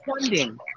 funding